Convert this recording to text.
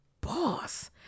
boss